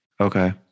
Okay